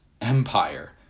empire